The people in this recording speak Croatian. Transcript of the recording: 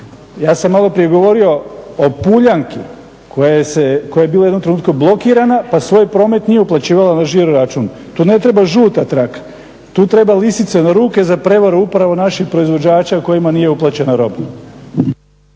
Ja sam maloprije govorio o Puljanki koja je bila u jednom trenutku blokirana pa svoj promet nije uplaćivala na žiroračun. Tu ne treba žuta traka, tu treba lisice na ruke za prevaru upravo naših proizvođača kojima nije uplaćena roba.